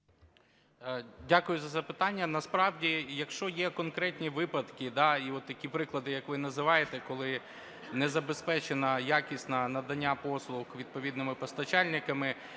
Дякую за запитання. Насправді, якщо є конкретні випадки і такі приклади, які ви називаєте, коли не забезпечено якісно надання послуг відповідними постачальниками,